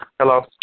Hello